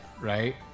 right